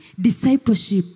Discipleship